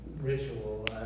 ritual